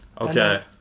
Okay